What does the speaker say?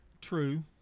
True